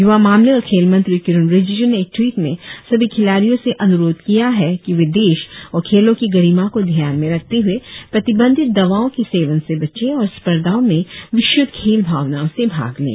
युवा मामले और खेल मंत्री किरण रिजिजू ने एक ट्वीट में सभी खिलाड़ियों से अनुरोध किया है कि वे देश और खेलों की गरिमा को ध्यान में रखते हुए प्रतिबंधित दवाओं के सेवन से बचें और स्पर्धाओं में विशुद्ध खेल भावना से भाग लें